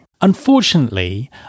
Unfortunately